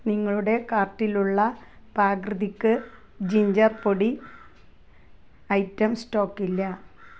നിങ്ങളുടെ കാർട്ടിലുള്ള പ്രാകൃതിക് ജിൻജർ പൊടി ഐറ്റം സ്റ്റോക്ക് ഇല്ല